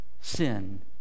sin